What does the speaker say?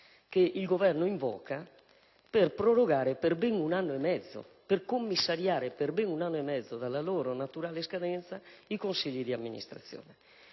che il Governo invoca per prorogare per ben un anno e mezzo e per commissariare per ben un anno e mezzo dalla loro naturale scadenza i Consigli di amministrazione.